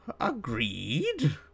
agreed